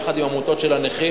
יחד עם עמותות של הנכים,